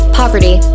poverty